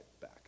back